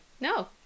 No